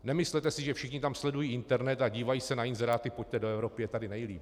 Nemyslete si, že všichni tam sledují internet a dívají se na inzeráty pojďte do Evropy, je tady nejlíp.